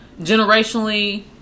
generationally